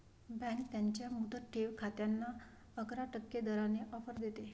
bank त्यांच्या मुदत ठेव खात्यांना अकरा टक्के दराने ऑफर देते